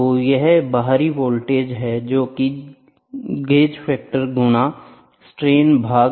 तो यह बाहरी वोल्टेज है जोकि GF गेज फैक्टर गुना स्ट्रेन भाग